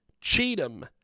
Cheatham